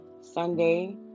Sunday